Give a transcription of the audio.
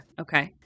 okay